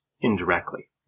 indirectly